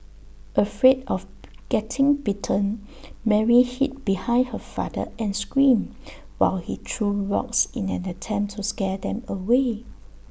afraid of getting bitten Mary hid behind her father and screamed while he threw rocks in an attempt to scare them away